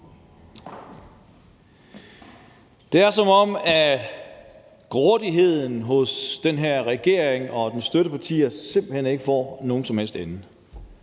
Det er, som om grådigheden hos den her regering og dens støttepartier simpelt hen ikke får nogen som helst ende.